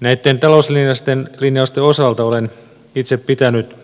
näitten talouslinjausten osalta olen itse pitänyt